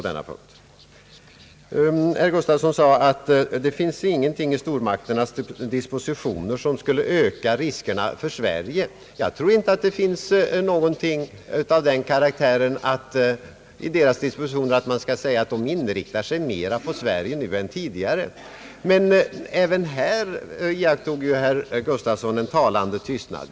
Herr Gustavsson sade att det inte finns någonting i stormakternas dispositioner som skulle öka riskerna för Sverige. Jag tror heller inte att det finns någonting i deras dispositioner som är av den karaktären att man kan säga att de inriktar sig mera på Sverige nu än tidigare. Men även i detta sammanhang iakttar herr Gustavsson en talande tystnad.